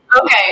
Okay